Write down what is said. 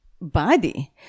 body